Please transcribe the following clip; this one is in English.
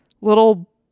little